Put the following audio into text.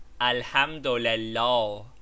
Alhamdulillah